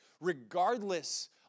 regardless